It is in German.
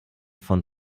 von